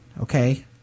okay